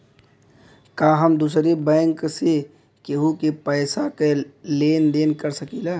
का हम दूसरे बैंक से केहू के पैसा क लेन देन कर सकिला?